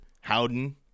Howden